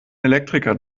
elektriker